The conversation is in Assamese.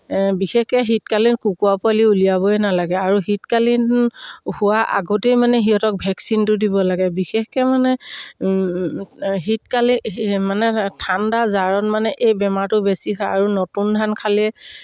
বিশেষকৈ শীতকালীন কুকুৰা পোৱালি উলিয়াবই নালাগে আৰু শীতকালীন হোৱা আগতেই মানে সিহঁতক ভেকচিনটো দিব লাগে বিশেষকৈ মানে শীতকালে মানে ঠাণ্ডা জাৰত মানে এই বেমাৰটো বেছি হয় আৰু নতুন ধান খালেই